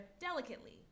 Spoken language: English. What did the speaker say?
delicately